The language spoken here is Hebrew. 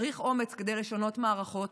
צריך אומץ כדי לשנות מערכות,